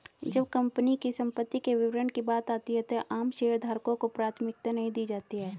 जब कंपनी की संपत्ति के वितरण की बात आती है तो आम शेयरधारकों को प्राथमिकता नहीं दी जाती है